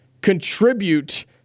contribute